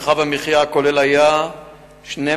חבר הכנסת דוד אזולאי שאל את השר לביטחון